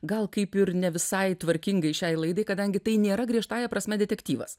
gal kaip ir ne visai tvarkingai šiai laidai kadangi tai nėra griežtąja prasme detektyvas